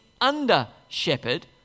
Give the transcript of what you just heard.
under-shepherd